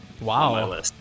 Wow